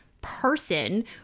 person